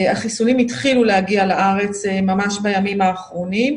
החיסונים התחילו להגיע לארץ ממש בימים האחרונים,